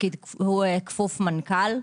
כפוף מנכ"ל,